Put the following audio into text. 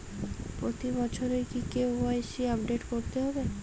প্রতি বছরই কি কে.ওয়াই.সি আপডেট করতে হবে?